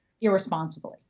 irresponsibly